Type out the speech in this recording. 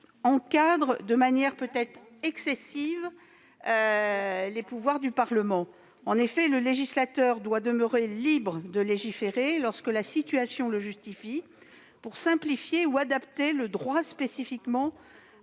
encadre de manière peut-être excessive les pouvoirs du Parlement. En effet, le législateur doit demeurer libre de légiférer, lorsque la situation le justifie, pour simplifier ou adapter le droit spécifiquement